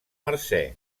mercè